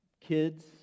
Kids